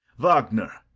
wagner,